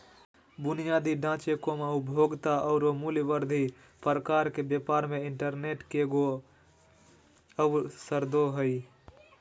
बुनियादी ढांचे, उपभोक्ता औरो मूल्य वर्धित प्रकार के व्यापार मे इंटरनेट केगों अवसरदो हइ